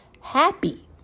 happy